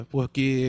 Porque